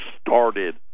started